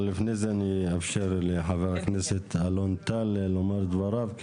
אבל לפני זה אני אאפשר לחבר הכנסת אלון טל לומר את דבריו,